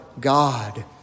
God